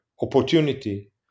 opportunity